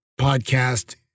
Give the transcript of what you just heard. podcast